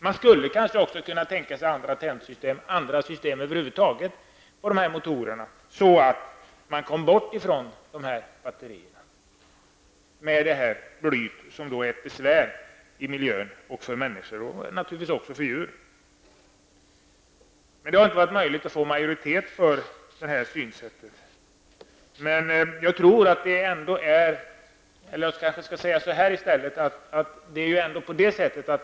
Man skulle kanske också kunna tänka sig andra tändsystem, och andra system över huvud taget för motorerna, så att man kom ifrån batterierna med bly, som är till besvär för miljön, för människor och naturligtvis också för djur. Men det har inte varit möjligt att få majoritet för detta synsätt.